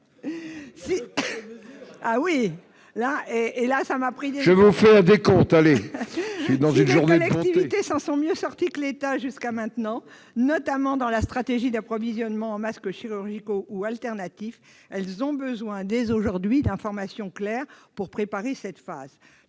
Si les collectivités s'en sont mieux sorties que l'État jusqu'à maintenant, notamment dans leur stratégie d'approvisionnement en masques chirurgicaux ou alternatifs, elles ont dès aujourd'hui besoin d'informations claires pour préparer cette